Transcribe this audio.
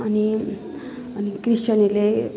अनि अनि क्रिस्चियनहरूले